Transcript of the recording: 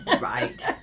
Right